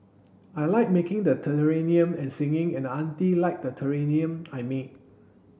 I like making the terrarium and singing and the auntie liked the terrarium I made